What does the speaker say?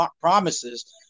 promises